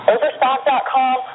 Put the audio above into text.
Overstock.com